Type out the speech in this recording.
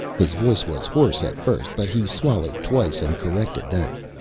his voice was hoarse at first but he swallowed twice and corrected that.